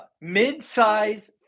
mid-size